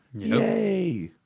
yay!